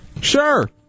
Sure